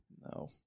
No